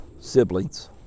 siblings